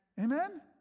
Amen